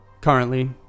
Currently